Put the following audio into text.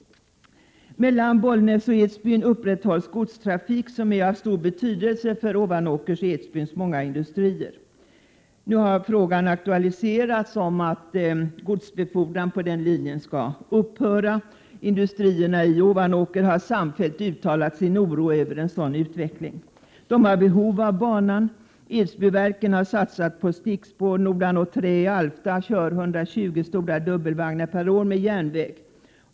Mellan Bollnäs och Edsbyn upprätthålls godstrafik som är av stor betydelse för Ovanåkers och Edsbyns många industrier. Nu har frågan aktualiserats om att godsbefordran på den linjen skall upphöra. Industrierna i Ovanåker har samfällt uttalat sin oro över en sådan utveckling. De har behov av banan. Edsbyverken har satsat på stickspår. Nordanå Trä i Alfta kör 120 stora dubbelvagnar per år på järnväg.